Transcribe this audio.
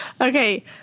okay